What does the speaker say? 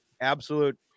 absolute